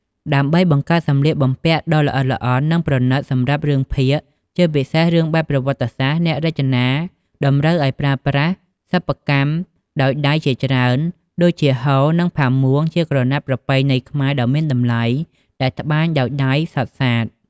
ដើម្បីបង្កើតសម្លៀកបំពាក់ដ៏ល្អិតល្អន់ និងប្រណិតសម្រាប់រឿងភាគ ជាពិសេសរឿងបែបប្រវត្តិសាស្ត្រ អ្នករចនាតម្រូវឱ្យប្រើប្រាស់ សិប្បកម្មដោយដៃជាច្រើន ដូចជាហូល និងផាមួងជាក្រណាត់ប្រពៃណីខ្មែរដ៏មានតម្លៃ ដែលត្បាញដោយដៃសុទ្ធសាធ។